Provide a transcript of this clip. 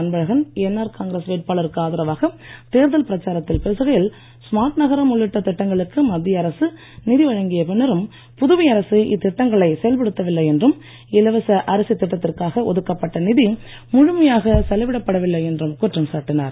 அன்பழகன் என்ஆர் காங்கிரஸ் வேட்பாளருக்கு ஆதரவாக தேர்தல் பிரச்சாரத்தில் பேசுகையில் ஸ்மார்ட் நகரம் உள்ளிட்ட திட்டங்களுக்கு மத்திய அரசு நிதி வழங்கிய இத்திட்டங்களை செயல்படுத்தவில்லை என்றும் இலவச அரிசித் திட்டத்திற்காக ஒதுக்கப்பட்ட நிதி முழுமையாக செலவிடப் படவில்லை என்றும் குற்றம் சாட்டினார்